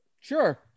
Sure